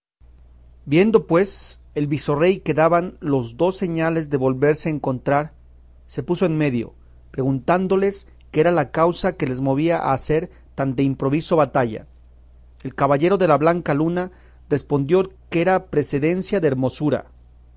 viendo pues el visorrey que daban los dos señales de volverse a encontrar se puso en medio preguntándoles qué era la causa que les movía a hacer tan de improviso batalla el caballero de la blanca luna respondió que era precedencia de hermosura